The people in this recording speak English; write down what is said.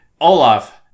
Olaf